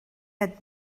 had